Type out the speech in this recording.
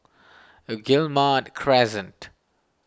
Guillemard Crescent